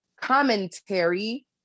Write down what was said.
commentary